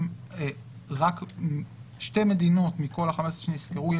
רק בשתי מדינות מכל ה-15 שנזכרו,